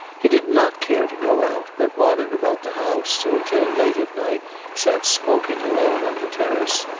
he did not care to go out, but wandered about the house or until late at night sat smoking alone on the terrace,